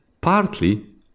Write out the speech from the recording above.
Partly